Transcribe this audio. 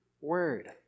word